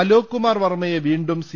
അലോക്കുമാർവർമ്മയെ വീണ്ടും സി